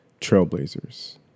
trailblazers